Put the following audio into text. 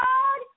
God